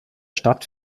stadt